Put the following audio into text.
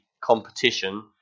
competition